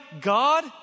God